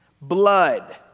Blood